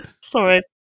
Sorry